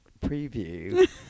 preview